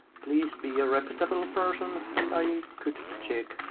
please be a reputable person, and i could check